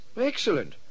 Excellent